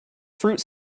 fruit